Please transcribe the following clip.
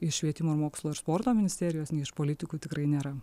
iš švietimo ir mokslo ir sporto ministerijos nei iš politikų tikrai nėra